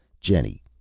jenny,